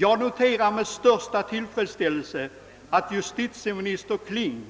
Jag noterar med största tillfredsställelse att justitieminister Kling